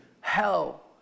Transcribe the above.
hell